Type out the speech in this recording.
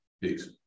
Peace